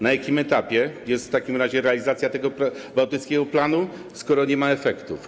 Na jakim etapie jest w takim razie realizacja tego bałtyckiego planu, skoro nie ma efektów?